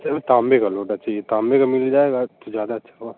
चलो तांबे का लोटा चाहिए तांबे का मिल जाएगा तो ज़्यादा अच्छा होगा